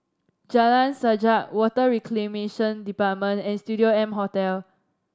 Jalan Sajak Water Reclamation Department and Studio M Hotel